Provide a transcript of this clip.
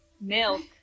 milk